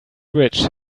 rich